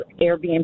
Airbnb